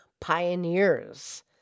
Pioneers